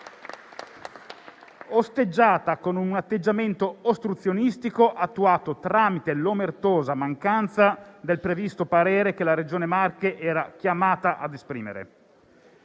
con un atteggiamento ostruzionistico attuato tramite l'omertosa mancanza del previsto parere che la Regione Marche era chiamata ad esprimere.